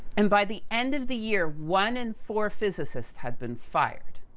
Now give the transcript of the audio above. and, by the end of the year, one in four physicists had been fired.